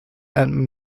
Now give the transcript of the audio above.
and